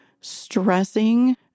stressing